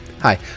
hi